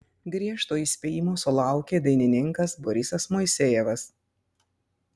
griežto įspėjimo sulaukė dainininkas borisas moisejevas